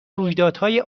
رویدادهای